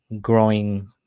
growing